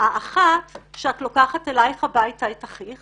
האחת שאת לוקחת אלייך הביתה את אחיך